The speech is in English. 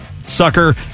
sucker